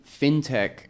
fintech